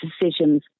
decisions